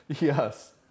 Yes